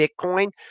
Bitcoin